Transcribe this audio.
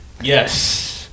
Yes